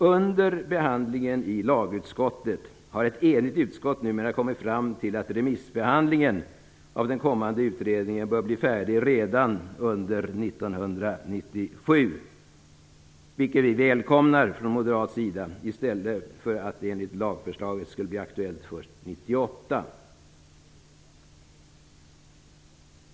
Under behandlingen i lagutskottet har ett enigt utskott numera kommit fram till att remissbehandlingen av den kommande utredningen bör bli färdig redan under 1997, vilket vi välkomnar från moderat sida, i stället för att den enligt lagförslaget skulle bli aktuell först 1998.